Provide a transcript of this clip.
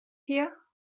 here